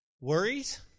worries